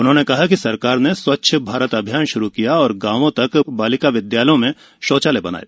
उन्होंने कहा कि सरकार ने स्वच्छ भारत अभियान श्रू किया और गांवों तथा बालिका विद्यालयों में शौचालय बनवाये